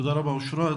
תודה רבה, אשרת.